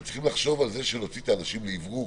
צריכים לחשוב על להוציא את האנשים לאוורור,